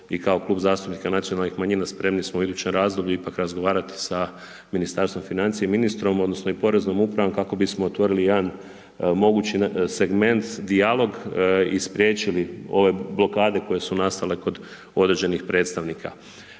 i kao Klub zastupnika nacionalnih manjina, spremni smo u idućem razdoblju ipak razgovarati sa Ministarstvom financija i ministrom, odnosno, Poreznom upravom kako bismo otvorili jedna mogući segment, dijalog i spriječili ove blokade koje su nastale kod određenih predstavnika.